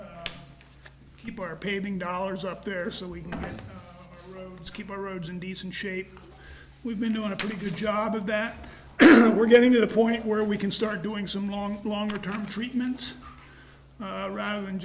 paving dollars up there so we can keep our roads in decent shape we've been doing a pretty good job of that we're getting to the point where we can start doing some long long term treatment rather than